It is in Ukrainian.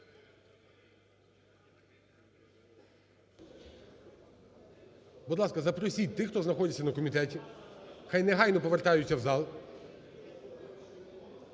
Будь ласка, запросіть тих, хто знаходиться на комітеті, хай негайно повертаються в зал.